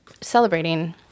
celebrating